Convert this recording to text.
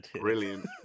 brilliant